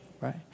Right